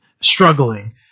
struggling